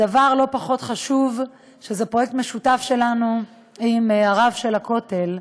דבר לא פחות חשוב זה פרויקט משותף שלנו עם הרב של הכותל: